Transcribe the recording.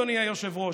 אדוני היושב-ראש,